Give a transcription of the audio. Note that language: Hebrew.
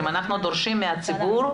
אם אנחנו דורשים מהציבור,